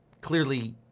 clearly